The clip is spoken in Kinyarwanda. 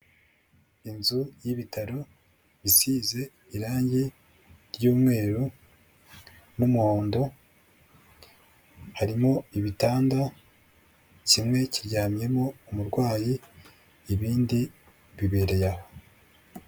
Inzu y'ibitaro isize irange ry'umweru n'umuhondo, harimo ibitanda kimwe kiryamyemo umurwayi, ibindi bibereye aho.